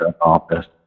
office